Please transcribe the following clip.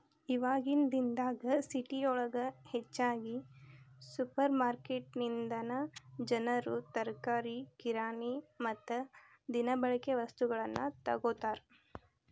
ಇವಾಗಿನ ದಿನದಾಗ ಸಿಟಿಯೊಳಗ ಹೆಚ್ಚಾಗಿ ಸುಪರ್ರ್ಮಾರ್ಕೆಟಿನಿಂದನಾ ಜನರು ತರಕಾರಿ, ಕಿರಾಣಿ ಮತ್ತ ದಿನಬಳಿಕೆ ವಸ್ತುಗಳನ್ನ ತೊಗೋತಾರ